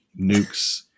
nukes